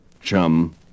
chum